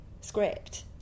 script